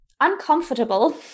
uncomfortable